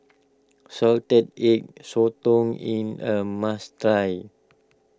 Salted Egg Sotong in a must try